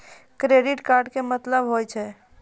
Credit card के मतलब होय छै?